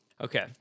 Okay